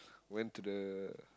went to the